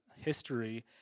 history